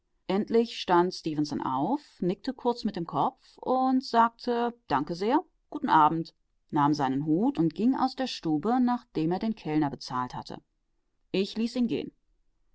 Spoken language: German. endlich stand stefenson auf nickte kurz mit dem kopf sagte danke sehr guten abend nahm seinen hut und ging aus der stube nachdem er den kellner bezahlt hatte ich ließ ihn gehen